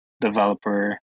developer